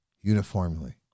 uniformly